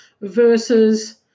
versus